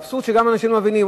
האבסורד, שגם אנשים לא מבינים.